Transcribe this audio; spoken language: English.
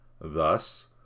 thus